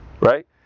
right